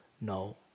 No